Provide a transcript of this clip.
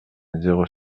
zéro